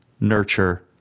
nurture